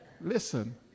Listen